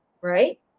right